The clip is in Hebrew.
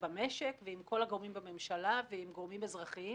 במשק ועם כל הגורמים בממשלה, ועם גורמים אזרחיים